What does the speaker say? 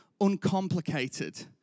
uncomplicated